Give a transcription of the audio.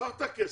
קח את הכסף,